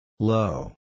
Low